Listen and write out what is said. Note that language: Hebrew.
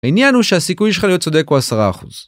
העניין הוא שהסיכוי שלך להיות צודק הוא 10%.